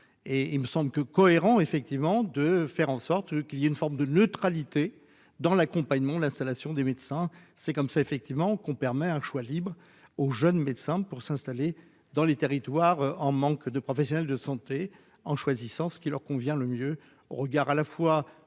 il me semble que cohérent effectivement de faire en sorte qu'il y a une forme de neutralité dans l'accompagnement, l'installation des médecins c'est comme ça effectivement qu'on permet un choix libre aux jeunes médecins pour s'installer dans les territoires en manque de professionnels de santé, en choisissant ce qui leur convient le mieux au regard à la fois de leur